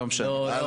לא משנה.